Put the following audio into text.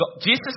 Jesus